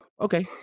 Okay